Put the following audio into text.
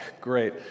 great